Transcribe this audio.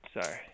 Sorry